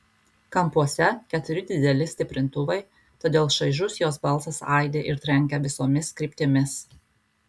kampuose keturi dideli stiprintuvai todėl šaižus jos balsas aidi ir trenkia visomis kryptimis